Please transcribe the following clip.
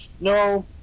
no